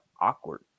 awkward